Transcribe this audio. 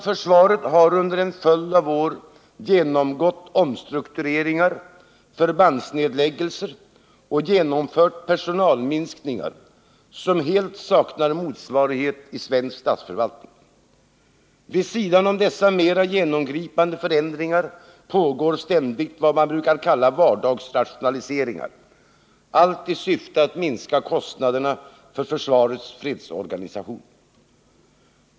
Försvaret har under en följd av år genomgått omstruktureringar och förbandsnedläggelser och genomfört personalminskningar som helt saknar motsvarighet i svensk statsförvaltning. Vid sidan om dessa mera genomgripande förändringar pågår ständigt vad man brukar kalla ”vardagsrationaliseringar” — allt i syfte att minska kostnaderna för försvarets fredsorganisation.